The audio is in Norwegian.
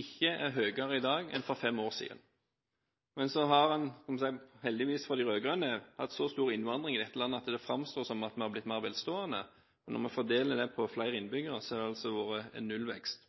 ikke er høyere i dag enn for fem år siden. Men så har en, heldigvis for de rød-grønne, hatt så stor innvandring i dette landet at det framstår som om vi har blitt mer velstående. Når vi fordeler den på flere innbyggere, har det altså vært en nullvekst.